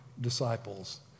disciples